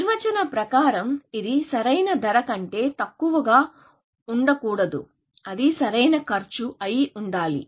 నిర్వచనం ప్రకారం ఇది సరైన ధర కంటే తక్కువగా ఉండకూడదు అది సరైన ఖర్చు అయి ఉండాలి